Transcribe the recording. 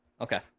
Okay